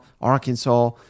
Arkansas